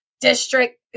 district